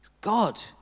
God